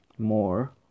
more